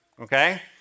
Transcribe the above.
okay